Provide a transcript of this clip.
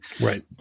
Right